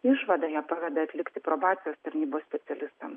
išvadoje paveda atlikti probacijos tarnybos specialistams